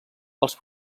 als